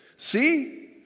See